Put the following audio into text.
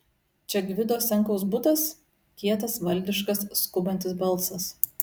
čia gvido senkaus butas kietas valdiškas skubantis balsas